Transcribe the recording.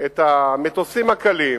המטוסים הקלים.